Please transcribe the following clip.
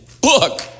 book